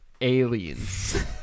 Aliens